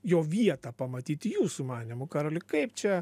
jo vietą pamatyti jūsų manymu karoli kaip čia